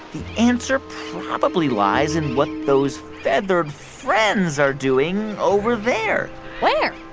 the answer probably lies in what those feathered friends are doing over there where?